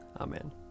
Amen